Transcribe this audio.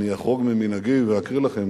אני אחרוג ממנהגי ואקריא לכם